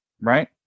right